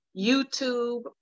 youtube